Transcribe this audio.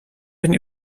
wenn